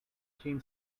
team